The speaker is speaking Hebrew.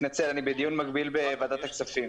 מתנצל, אני בדיון מקביל בוועדת הכספים.